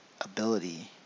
ability